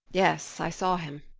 yes, i saw him.